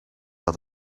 dat